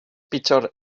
pitjor